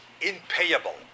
impayable